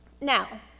Now